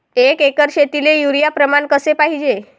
एक एकर शेतीले युरिया प्रमान कसे पाहिजे?